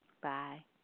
Bye